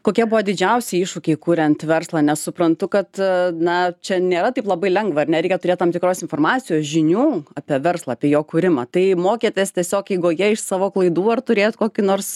kokie buvo didžiausi iššūkiai kuriant verslą nes suprantu kad na čia nėra taip labai lengva ar ne reikia turėti tam tikros informacijos žinių apie verslą apie jo kūrimą tai mokėtės tiesiog eigoje iš savo klaidų ar turėjot kokį nors